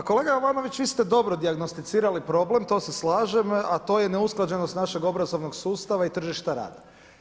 Pa kolega Jovanović, vi ste dobro dijagnosticirali problem, to se slažem a to je neusklađenost našeg obrazovnog sustava i tržišta rada.